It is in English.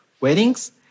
weddings